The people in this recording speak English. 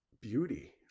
beauty